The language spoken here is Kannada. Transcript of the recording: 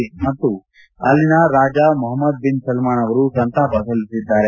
ೕಜ್ ಮತ್ತು ಅಲ್ಲಿನ ರಾಜ ಮೊಹಮ್ನದ್ ಬಿನ್ ಸಲ್ನಾನ್ ಅವರು ಸಂತಾಪ ಸಲ್ಲಿಸಿದ್ದಾರೆ